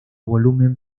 volumen